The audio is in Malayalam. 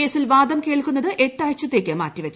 കേസിൽ വാദം കേൾക്കുന്നത് എട്ട് ആഴ്ചത്തേക്ക് മാറ്റി വച്ചു